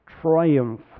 triumph